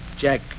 Jack